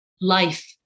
life